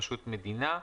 רשות מדינה.